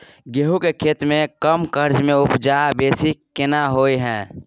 गेहूं के खेती में कम खर्च में उपजा बेसी केना होय है?